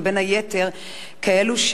ובין היתר כאלו,